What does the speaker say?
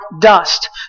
dust